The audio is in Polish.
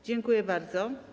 Dziękuję bardzo.